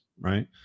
right